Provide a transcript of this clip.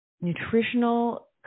nutritional